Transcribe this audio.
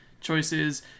choices